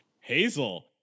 Hazel